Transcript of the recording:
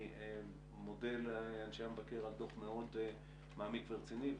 אני מודה לאנשי המבקר על דוח מאוד מעמיק ורציני,